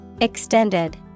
Extended